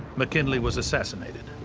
mckinley was assassinated.